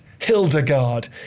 Hildegard